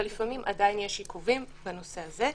אבל לפעמים עדיין יש עיכובים בנושא הזה.